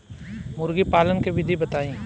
मुर्गीपालन के विधी बताई?